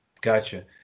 Gotcha